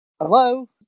hello